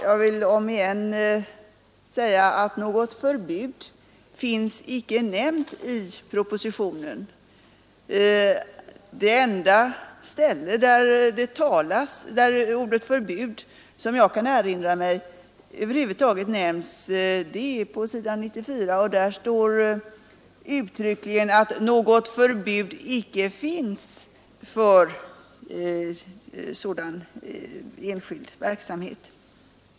Jag vill om igen säga att något förbud icke finns nämnt i propositionen. Det enda ställe som jag kan erinra mig där ordet förbud över huvud taget nämns är på s. 94, där det uttryckligen står att något förbud icke finns för sådan enskild verksamhet.